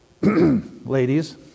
Ladies